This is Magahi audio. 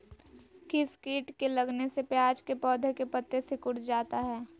किस किट के लगने से प्याज के पौधे के पत्ते सिकुड़ जाता है?